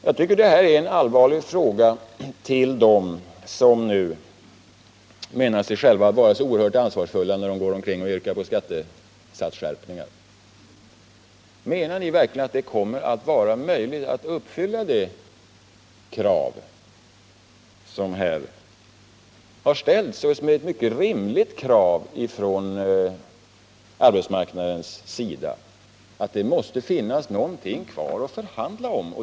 Jag vill ställa en allvarlig fråga till dem som nu anser sig vara så oerhört ansvarsfulla när de går omkring och yrkar på skattesatsskärpningar: Menar ni verkligen att det kommer att vara möjligt att uppfylla det krav som här har ställts och som är ett mycket rimligt krav från arbetsmarknadens sida, nämligen att det måste finnas något kvar att förhandla om?